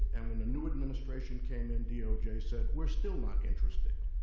and when a new administration came in, doj said, we're still not interested.